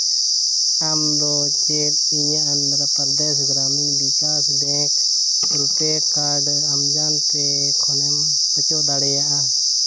ᱟᱢ ᱫᱚ ᱪᱮᱫ ᱤᱧᱟᱹᱜ Andhra Pradesh Grameen Vikas bank RuPay card ᱟᱢᱡᱟᱱ ᱯᱮ ᱠᱷᱚᱱᱮᱢ ᱚᱪᱚᱜ ᱫᱟᱲᱮᱭᱟᱜᱼᱟ